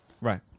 Right